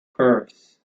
curse